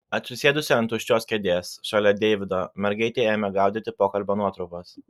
atsisėdusi ant tuščios kėdės šalia deivido mergaitė ėmė gaudyti pokalbio nuotrupas